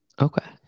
okay